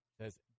Says